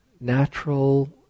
natural